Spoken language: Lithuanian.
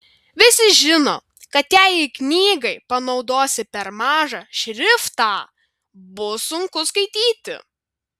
visi žino kad jei knygai panaudosi per mažą šriftą bus sunku skaityti